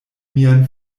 mian